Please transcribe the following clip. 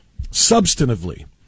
Substantively